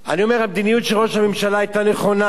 אני אומר: המדיניות של ראש הממשלה היתה נכונה,